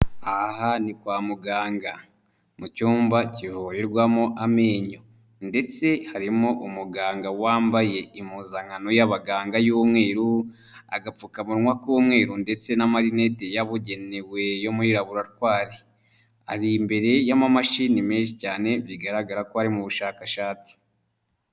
Aha ni kwa muganga mu cyumba kivurirwamo amenyo ndetse harimo umuganga wambaye impuzankano y'abaganga y'umweru, agapfukamunwa k'umweru ndetse n'amarineti yabugenewe yo muri laboratwari, ari imbere y'amamashini menshi cyane bigaragara ko ari mu bushakashatsi.